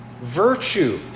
virtue